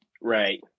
Right